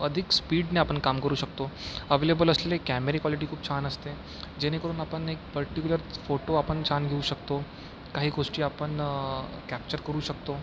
अधिक स्पीडने आपण काम करू शकतो अवेलेबल असलेले कॅमेरा क्वालिटी खूप छान असते जेणेकरून आपण एक पर्टिक्युलर फोटो आपण छान घेऊ शकतो काही गोष्टी आपण कॅप्चर करू शकतो